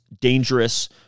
dangerous